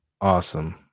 Awesome